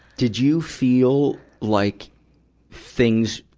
did you feel like things,